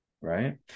Right